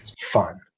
fun